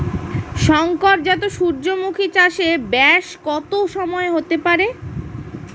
শংকর জাত সূর্যমুখী চাসে ব্যাস কত সময় হতে পারে?